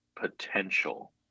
potential